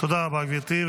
תודה רבה, גברתי.